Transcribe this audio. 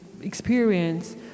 experience